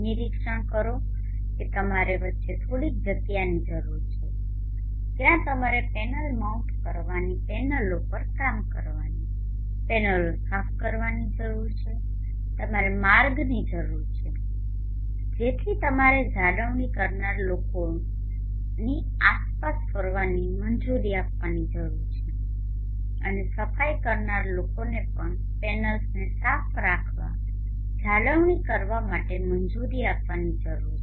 નિરક્ષણ કરો કે તમારે વચ્ચે થોડીક જગ્યાની જરૂર હોય છે જ્યાં તમારે પેનલ માઉન્ટ કરવાની પેનલો પર કામ કરવાની પેનલો સાફ કરવાની જરૂર હોય છે તમારે માર્ગની જરૂર છે જેથી તમારે જાળવણી કરનાર લોકોને આસપાસ ફરવાની મંજૂરી આપવાની જરૂર છે અને સફાઈ કરનાર લોકોને પણ પેનલ્સને સાફ રાખવા માટે અને જાળવણી કરવા માટે મંજુરી આપવાની જરૂર છે